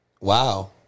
Wow